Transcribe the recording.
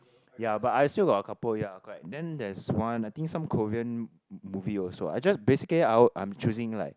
ya but I still got a couple ya correct then there's one I think some Korean movie also I just basically I I'm choosing like